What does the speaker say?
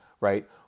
right